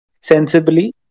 sensibly